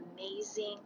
amazing